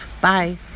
Bye